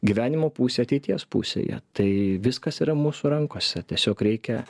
gyvenimo pusė ateities pusėje tai viskas yra mūsų rankose tiesiog reikia